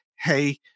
hey